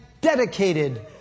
dedicated